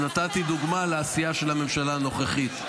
ונתתי דוגמה לעשייה של הממשלה הנוכחית.